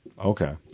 Okay